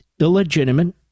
illegitimate